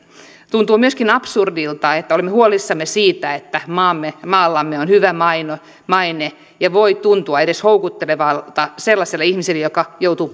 tuntuu myöskin absurdilta että olemme huolissamme siitä että maallamme on hyvä maine ja se voi tuntua houkuttelevalta sellaiselle ihmiselle joka joutuu